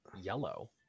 yellow